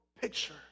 picture